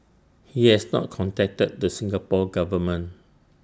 he has not contacted the Singapore Government